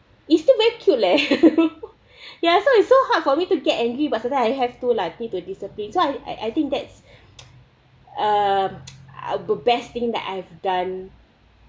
you still very cute leh ya so it's so hard for me to get angry but sometimes I have to lah I pay to discipline so I I think that's uh I the best thing that I've done